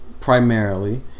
Primarily